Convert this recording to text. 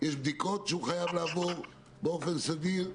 יש בדיקות שהוא חייב לעבור באופן סדיר,